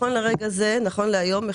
נכון להיום,